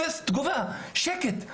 יש אפס תגובה ושקט.